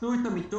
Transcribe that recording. הקצו את המיטות,